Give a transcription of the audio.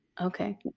Okay